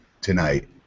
tonight